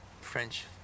French